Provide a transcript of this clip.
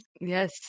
Yes